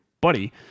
buddy